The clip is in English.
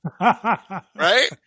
Right